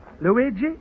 Luigi